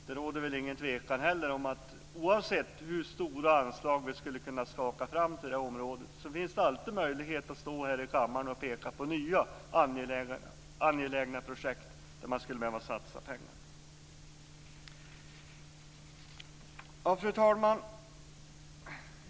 Det råder inget tvivel om att oavsett hur stora anslag som vi än skulle kunna skaka fram på vägområdet, finns det alltid möjlighet att här i kammaren peka på nya angelägna projekt som man skulle behöva satsa pengar på. Fru talman!